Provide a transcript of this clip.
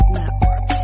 Network